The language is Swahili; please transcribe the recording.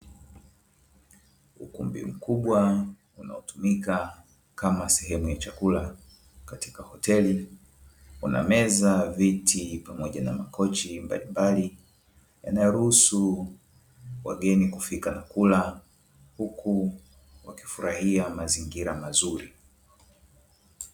Ukumbi mkubwa unaotumika kama sehemu ya chakula katika hoteli, kuna meza, viti pamoja na makochi mbalimbali yanayoruhusu wageni kufika na kula, huku wakifurahia mazingira mazuri.